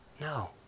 No